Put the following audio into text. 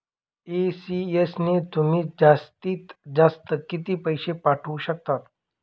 ECS ने तुम्ही जास्तीत जास्त किती पैसे पाठवू शकतात?